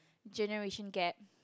generation gap